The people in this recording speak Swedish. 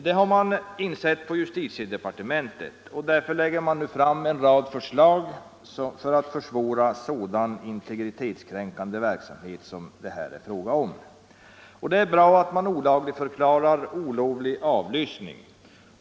Detta har justitiedepartementet insett, och därför läggs nu en rad förslag fram för att försvåra sådan integritetskränkande verksamhet som det här är fråga om. Det är bra att man olagligförklarar olovlig avlyssning.